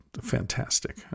fantastic